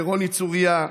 לרוני צוריה,